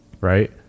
right